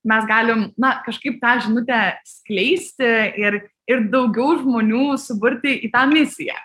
mes galim na kažkaip tą žinutę skleisti ir ir daugiau žmonių suburti į tą misiją